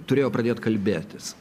turėjo pradėt kalbėtis